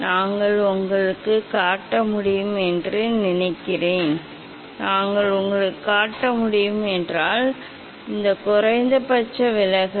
நாங்கள் உங்களுக்குக் காட்ட முடியும் என்று நினைக்கிறேன் நாங்கள் உங்களுக்குக் காட்ட முடியும் ஆம் இதுதான் ஆமாம் இது குறைந்தபட்ச நிலை விலகல்